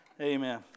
amen